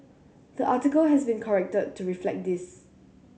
the article has been corrected to reflect this